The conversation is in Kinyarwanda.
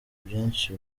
byinshi